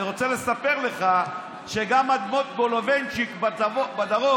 אני רוצה לספר לך שגם אדמות גולובנציץ בדרום,